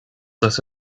that